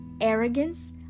arrogance